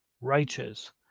righteous